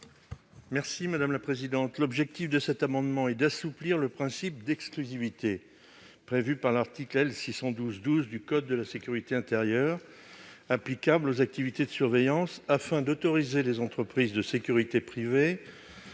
: La parole est à M. Serge Babary. Cet amendement vise à assouplir le principe d'exclusivité prévu par l'article L. 612-2 du code de la sécurité intérieure applicable aux activités de surveillance, afin d'autoriser les entreprises de sécurité privée